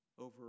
over